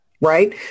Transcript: Right